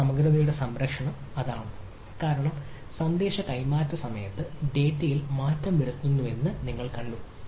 ഈ സമഗ്രതയുടെ സംരക്ഷണം അതാണ് കാരണം സന്ദേശ കൈമാറ്റ സമയത്ത് ഡാറ്റയിൽ മാറ്റം വരുത്തുന്നുവെന്ന് നിങ്ങൾ കണ്ടു